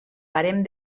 barem